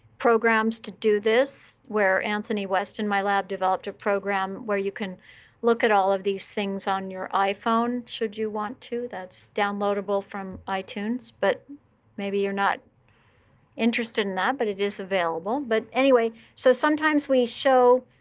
programs to do this, where anthony west in my lab developed a program, where you can look at all of these things on your iphone should you want to. that's downloadable from itunes. but maybe you're not interested in that. but it is available, but anyway. so sometimes we show